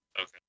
Okay